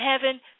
heaven